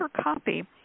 copy